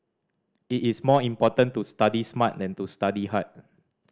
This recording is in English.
it is more important to study smart than to study hard